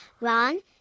Ron